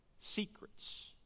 secrets